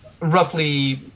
roughly